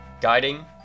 guiding